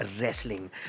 wrestling